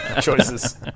choices